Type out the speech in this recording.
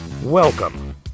Welcome